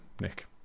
Nick